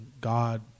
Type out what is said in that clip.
God